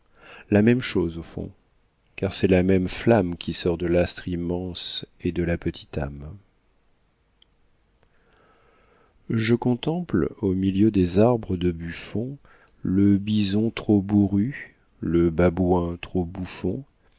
la même chose au fond car c'est la même flamme qui sort de l'astre immense et de la petite âme je contemple au milieu des arbres de buffon le bison trop bourru le babouin trop bouffon